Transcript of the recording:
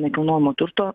nekilnojamo turto